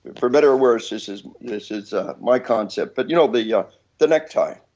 for better or worse, this is this is my concept but you know the yeah the necktie.